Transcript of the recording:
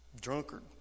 Drunkard